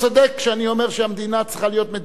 אומר שהמדינה צריכה להיות מדינה יהודית,